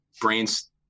brain's